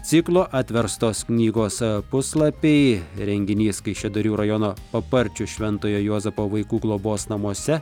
ciklo atverstos knygos puslapiai renginys kaišiadorių rajono paparčių šventojo juozapo vaikų globos namuose